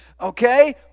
Okay